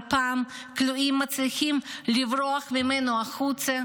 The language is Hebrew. פעם כלואים מצליחים לברוח ממנו החוצה,